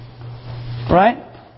Right